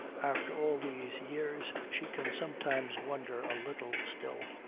after all these years, she can sometimes wonder a little still.